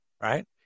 right